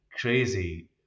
crazy